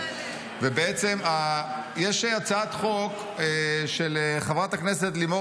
ובעצם יש הצעת חוק של חברת הכנסת לימור